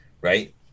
Right